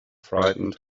frightened